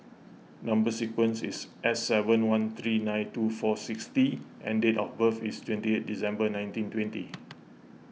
Number Sequence is S seven one three nine two four six T and date of birth is twenty eight December nineteen twenty